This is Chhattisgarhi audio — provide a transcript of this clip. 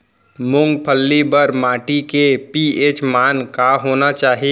मूंगफली बर माटी के पी.एच मान का होना चाही?